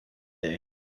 day